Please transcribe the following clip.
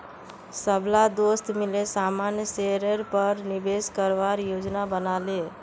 सबला दोस्त मिले सामान्य शेयरेर पर निवेश करवार योजना बना ले